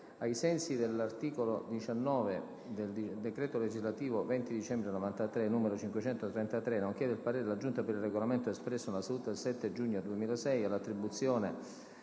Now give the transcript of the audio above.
ai sensi dell'articolo 19 del decreto legislativo 20 dicembre 1993, n. 533, nonché del parere della Giunta per il Regolamento espresso nella seduta del 7 giugno 2006, all'attribuzione